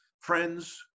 friends